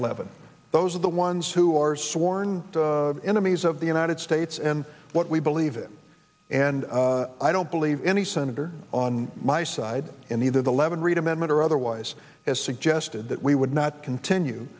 eleven those are the ones who are sworn enemies of the united states and what we believe it and i don't believe any senator on my side in the the eleven read amendment or otherwise has suggested that we would not continue